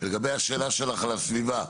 לגבי השאלה שלך על הסביבה,